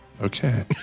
Okay